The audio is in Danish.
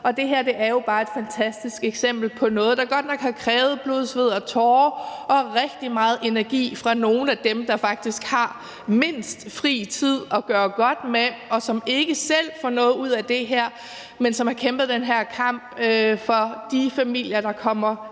Og det her er jo bare et fantastisk eksempel på noget, der godt nok har krævet blod, sved og tårer og rigtig meget energi fra nogle af dem, der faktisk har mindst fritid at gøre godt med, og som ikke selv får noget ud af det her, men som har kæmpet den her kamp for de familier, der kommer